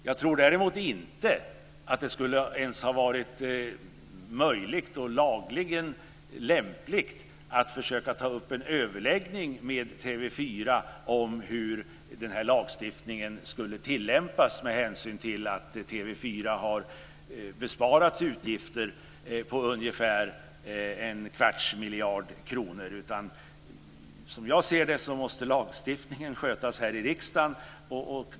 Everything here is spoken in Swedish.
Jag tror däremot inte att det ens skulle ha varit möjligt och lagligen lämpligt att försöka ta upp en överläggning med TV 4 om hur den här lagstiftningen ska tillämpas, med hänsyn till att TV 4 har besparats utgifter på ungefär en kvarts miljard kronor. Som jag ser det måste lagstiftningen skötas här i riksdagen.